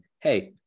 hey